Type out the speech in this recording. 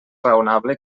raonable